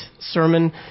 sermon